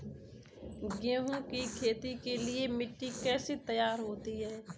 गेहूँ की खेती के लिए मिट्टी कैसे तैयार होती है?